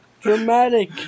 Dramatic